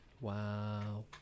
Wow